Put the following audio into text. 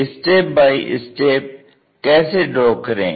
इसे step by step कैसे draw करें